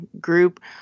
group